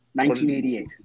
1988